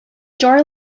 jar